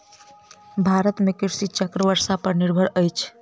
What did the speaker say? भारत में कृषि चक्र वर्षा पर निर्भर अछि